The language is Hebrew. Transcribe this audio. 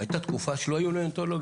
הייתה תקופה שלא היו נאונטולוגים